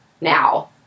now